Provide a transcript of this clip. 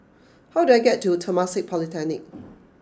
how do I get to Temasek Polytechnic